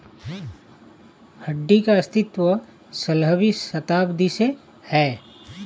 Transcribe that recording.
हुंडी का अस्तित्व सोलहवीं शताब्दी से है